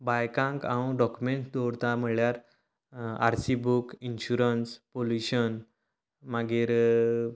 बायकांक हांव दोकुमेंत दवरता म्हणल्यार आरसी बूक इनशुरंस पोलुशन मागीर